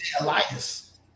Elias